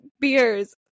beers